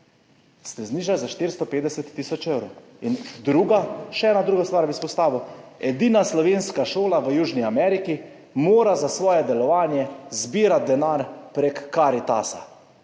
ste jih za 450 tisoč evrov! In še eno drugo stvar bi izpostavil, edina slovenska šola v Južni Ameriki mora za svoje delovanje zbirati denar prek Karitasa.